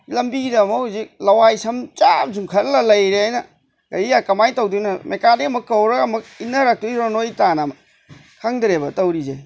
ꯂꯝꯕꯤꯗ ꯑꯃꯨꯛ ꯍꯧꯖꯤꯛ ꯂꯋꯥꯏ ꯁꯝ ꯆꯞ ꯌꯨꯡꯈꯠꯂ ꯂꯩꯔꯦ ꯑꯩꯅ ꯀꯃꯥꯏꯅ ꯇꯧꯗꯣꯏꯅꯣ ꯃꯦꯀꯥꯅꯤꯛ ꯑꯃꯨꯛ ꯀꯧꯔꯒ ꯑꯃꯨꯛ ꯏꯟꯅꯔꯛꯇꯣꯏꯔꯣ ꯅꯣꯏ ꯇꯥꯟꯅ ꯈꯪꯗ꯭ꯔꯦꯕ ꯇꯧꯔꯤꯁꯦ